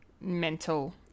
mental